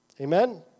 Amen